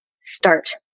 start